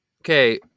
Okay